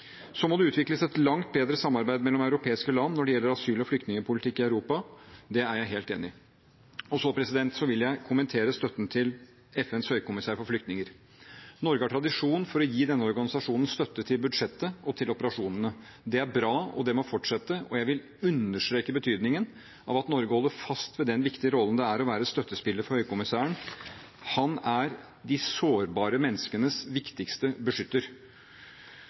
Så må det utvikles et langt bedre samarbeid mellom europeiske land når det gjelder asyl- og flyktningpolitikken i Europa, det er jeg helt enig i. Så vil jeg kommentere støtten til FNs høykommissær for flyktninger. Norge har tradisjon for å gi denne organisasjonen støtte til budsjettet og til operasjonene. Det er bra, og det må fortsette, og jeg vil understreke betydningen av at Norge holder fast ved den viktige rollen det er å være støttespiller for høykommissæren. Han er de sårbare menneskenes viktigste beskytter.